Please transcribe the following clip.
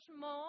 more